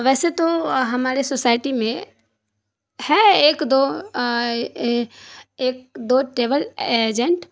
ویسے تو ہمارے سوسائٹی میں ہے ایک دو ایک دو ٹیبل ایجنٹ